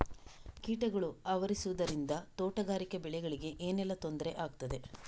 ಕೀಟಗಳು ಆವರಿಸುದರಿಂದ ತೋಟಗಾರಿಕಾ ಬೆಳೆಗಳಿಗೆ ಏನೆಲ್ಲಾ ತೊಂದರೆ ಆಗ್ತದೆ?